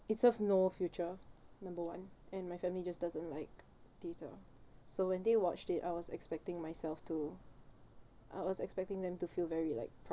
it serves no future number one and my family just doesn't like theatre so when they watch it I was expecting myself to I was expecting them to feel very like